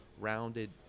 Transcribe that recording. rounded